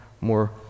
more